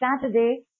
Saturday